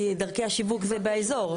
כי דרכי השיווק זה באזור.